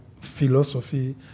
philosophy